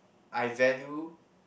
I value